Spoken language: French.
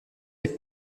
les